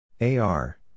AR